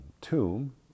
tomb